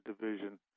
division